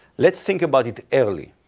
let's think about it early.